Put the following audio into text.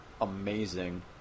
amazing